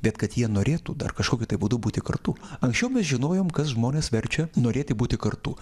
bet kad jie norėtų dar kažkokiu tai būdu būti kartu anksčiau mes žinojom kas žmones verčia norėti būti kartu